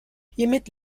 hiermit